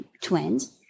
twins